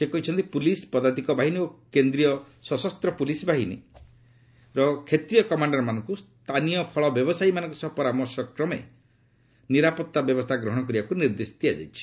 ସେ କହିଛନ୍ତି ପୁଲିସ ପଦାତିକ ବାହିନୀ ଓ କେନ୍ଦ୍ରୀୟ ସଶସ୍ତ ପୁଲିସ ବାହିନୀର କ୍ଷେତ୍ରୀୟ କମାଣ୍ଡର ମାନଙ୍କୁ ସ୍ଥାନୀୟ ଫଳ ବ୍ୟବସାୟୀମାନଙ୍କ ସହ ପରାମର୍ଶ କ୍ରମେ ନିରାପତ୍ତା ବ୍ୟବସ୍ଥା ଗ୍ରହଣ କରିବାକୁ ନିର୍ଦ୍ଦେଶ ଦିଆଯାଇଛି